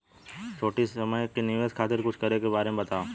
छोटी समय के निवेश खातिर कुछ करे के बारे मे बताव?